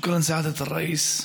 סיידי א-ראיס,